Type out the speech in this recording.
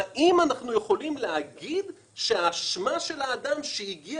האם אנחנו יכולים להגיד שהאשמה של האדם שהגיע